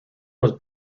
was